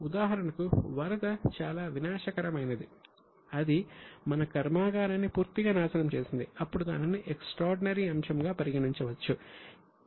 ఉదాహరణకు వరద చాలా వినాశకరమైనది అది మన కర్మాగారాన్ని పూర్తిగా నాశనం చేసింది అప్పుడు దానిని ఎక్స్ట్రార్డినరీ అంశంగా పరిగణించవచ్చు